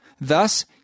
Thus